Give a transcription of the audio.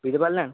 বুঝতে পারলেন